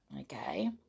okay